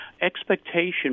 Expectation